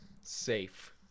Safe